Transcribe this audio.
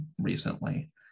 recently